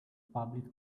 public